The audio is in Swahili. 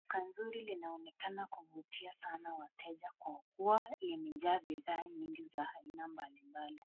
Duka nzuri linaonekana kuvutia sana wateja kwa kuwa imejaa bidha mingi za aina mbali mbali.